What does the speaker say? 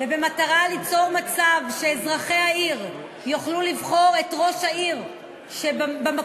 ובמטרה ליצור מצב שאזרחי העיר יוכלו לבחור את ראש העיר במקום